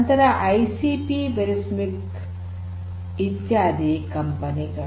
ನಂತರ ಐಸಿಪಿ ವೆರಿಸ್ಮಿಕ್ ಇತ್ಯಾದಿ ಕಂಪನಿಗಳು